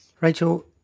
Rachel